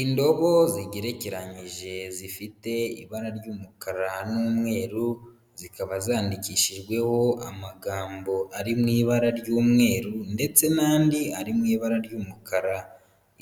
Indobo zigerekeranyije zifite ibara ry'umukara n'umweru, zikaba zandikishijweho amagambo ari mu ibara ry'umweru ndetse n'andi ari mu ibara ry'umukara.